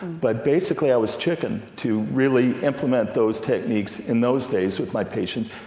but basically i was chicken to really implement those techniques in those days with my patients,